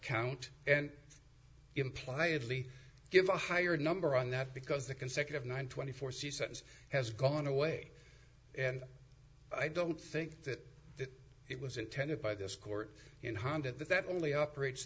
count and imply adly give a higher number on that because the consecutive one twenty four seasons has gone away and i don't think that it was intended by this court in honda that that only operates